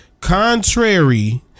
Contrary